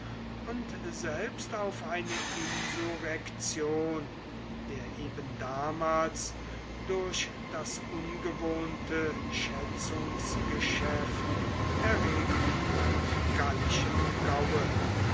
und selbst auf eine insurrektion der eben damals durch das ungewohnte schätzungsgeschäft erregten gallischen gaue